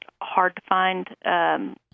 hard-to-find